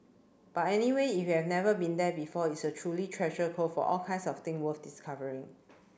but anyway if you have never been there before it's a truly treasure trove of all kinds of thing worth discovering